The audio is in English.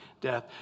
death